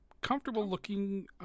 comfortable-looking